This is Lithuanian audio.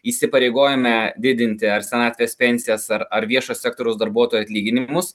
įsipareigojame didinti ar senatvės pensijas ar ar viešo sektoriaus darbuotojų atlyginimus